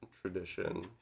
tradition